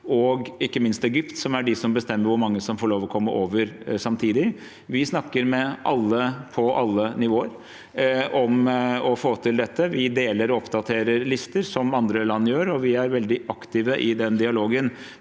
og ikke minst Egypt som er de som bestemmer hvor mange som får lov til å komme over samtidig. Vi snakker med alle på alle nivåer om å få til dette. Vi deler og oppdaterer lister, som andre land gjør, og vi er veldig aktive i den dialogen,